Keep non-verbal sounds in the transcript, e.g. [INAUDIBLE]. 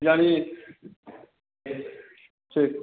[UNINTELLIGIBLE] ठीक